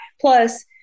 Plus